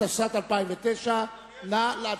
התשס"ט 2009. אדוני היושב-ראש,